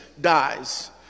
dies